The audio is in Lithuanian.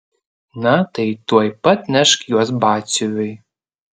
na tai tuoj pat nešk juos batsiuviui